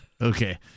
Okay